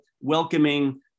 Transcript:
welcoming